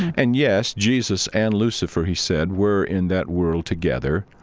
and yes, jesus and lucifer, he said, were in that world together.